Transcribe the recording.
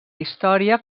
història